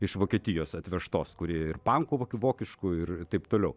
iš vokietijos atvežtos kuri ir pankų vo vokiškų ir taip toliau